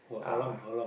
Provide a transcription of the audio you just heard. uh